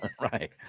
right